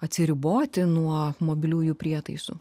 atsiriboti nuo mobiliųjų prietaisų